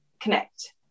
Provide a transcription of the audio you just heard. connect